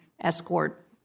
escort